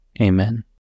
Amen